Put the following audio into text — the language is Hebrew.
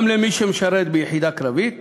גם למי שמשרת ביחידה קרבית